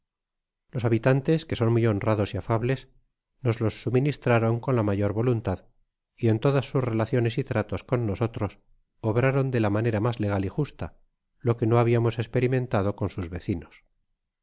los habitantes que sos muy honrados y afables nos los suministraron con la mayor voluntad y en todas sus relaciones y tratos con nosotros obraron de la manerá mas legal y justa lo que no habiamos esperimentado con sus vecinos